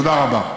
תודה רבה.